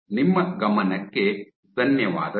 ನಿಮ್ಮ ಗಮನಕ್ಕೆ ಧನ್ಯವಾದಗಳು